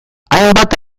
hainbat